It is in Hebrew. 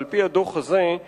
ועל-פי הדוח הזה,